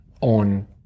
on